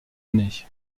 année